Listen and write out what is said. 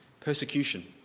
Persecution